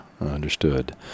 understood